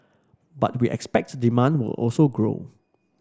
but we expect demand will also grow